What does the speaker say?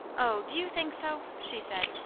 oh, do you think so? she said.